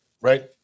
Right